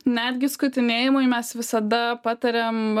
netgi skutinėjimui mes visada patariam